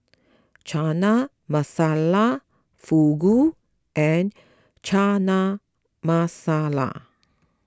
Chana Masala Fugu and Chana Masala